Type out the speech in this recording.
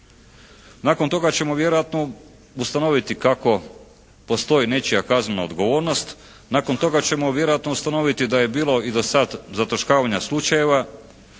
Nakon toga ćemo vjerojatno ustanoviti kako postoji nečija kaznena odgovornost. Nakon toga ćemo vjerojatno ustanoviti da je bilo i dosad zataškavanja slučajeva.